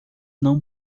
não